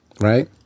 right